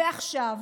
ועכשיו